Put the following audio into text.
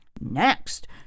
Next